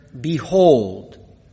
Behold